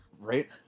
right